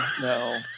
no